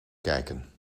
kijken